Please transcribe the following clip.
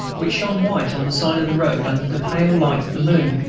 which shone white on the side of the road under the pale light of the moon,